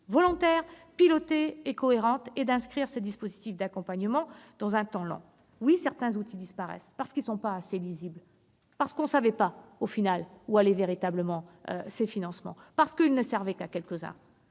volontaire, pilotée et cohérente et d'inscrire les dispositifs d'accompagnement dans le temps long. Oui, certains outils disparaissent, parce qu'ils ne sont pas assez lisibles, parce que l'on ne savait pas, au final, où allaient véritablement les financements, parce qu'ils ne servaient qu'à quelques-uns,